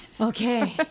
Okay